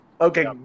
okay